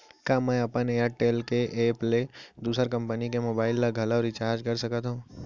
का मैं अपन एयरटेल के एप ले दूसर कंपनी के मोबाइल ला घलव रिचार्ज कर सकत हव?